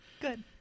Good